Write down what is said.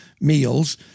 meals